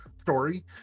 story